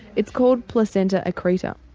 it's called placenta accreta.